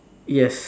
yes